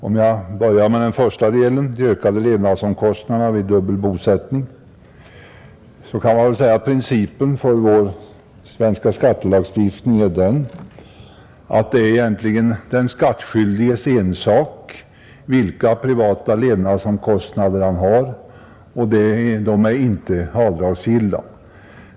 Om jag börjar med den första delen, de ökade levnadsomkostnaderna vid dubbel bosättning, kan sägas att principen för vår svenska skattelagstiftning är att det egentligen är den skattskyldiges ensak vilka privata levnadsomkostnader han har, eftersom de inte är avdragsgilla.